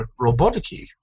Robotiki